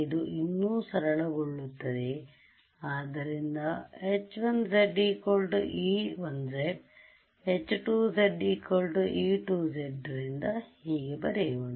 ಇದು ಇನ್ನೂ ಸರಳಗೊಳ್ಳುತ್ತದೆ ಆದ್ದರಿಂದ h1z e1z h2z e2z ರಿಂದ ಹೀಗೆ ಬರೆಯೋಣ